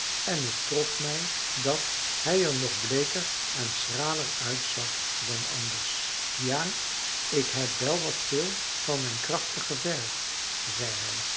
en het trof mij dat hij er nog bleeker en schraler uitzag dan anders ja ik heb wel wat veel van mijn krachten gevergd zeide hij